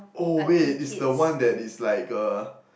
oh wait is the one that is like a